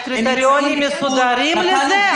יש קריטריונים מסודרים לזה?